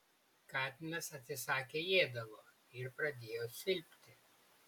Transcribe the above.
katinas atsisakė ėdalo ir pradėjo silpti